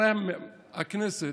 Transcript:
גם ראש הממשלה,